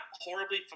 horribly